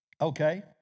Okay